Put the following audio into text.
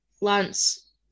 Lance